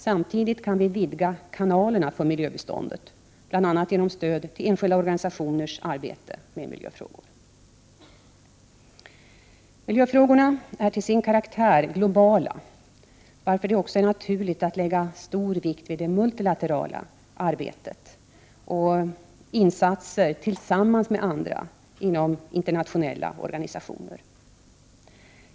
Samtidigt kan vi vidga kanalerna för miljöbiståndet, bl.a. genom stöd till enskilda organisationers arbete med miljöfrågor. Miljöfrågorna är till sin karaktär globala, varför det också är naturligt att lägga stor vikt vid det multilaterala arbetet och insatser tillsammans med andra inom internationella organisationer.